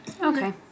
Okay